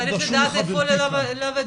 צריך לדעת מאיפה להיוולד,